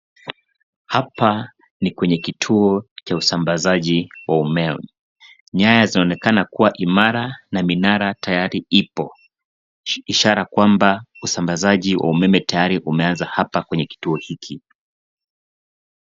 Hapa ni kwenye kituo cha usambazaji wa umeme, nyaya zinaonekana kuwa imara na minara tayari ipo ishara kwamba usambazaji wa umeme tayari umeanza kwenye kituo hiki.